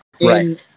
right